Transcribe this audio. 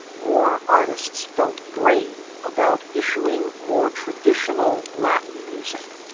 more artists felt brave about issuing more traditional latin music.